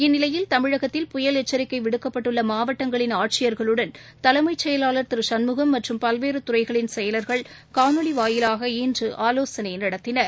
இந்நிலையில் தமிழகத்தில் புயல் எச்சரிக்கைவிடுக்கப்பட்டுள்ளமாவட்டங்களின் ஆட்சியர்களுடன் தலைமைச் செயலாளர் திருசண்முகம் மற்றம் பல்வேறுறைகளின் செயலர்கள் னொலிவாயிலாக இன்றுஆலோசனைநடத்தினர்